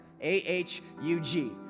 A-H-U-G